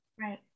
Right